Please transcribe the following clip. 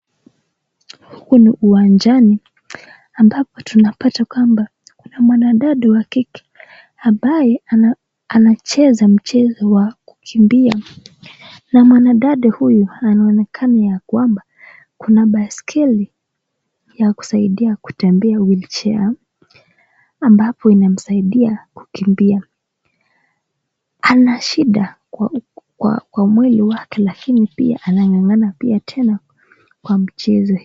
Huku ni uwanjani ambapo tunapata kwamba kuna mwanadada wa kike ambaye anacheza mchezo wa kukimbia na mwanadada huyu anaonekana yakwamba kuna baiskeli ya kusaidia kutembea,(cs) wheelchair(cs)ambapo inamsaidia kukimbia. Ana shida kwa mwili wake lakini pia anang'ang'ana pia tena kwa mchezo